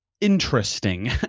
interesting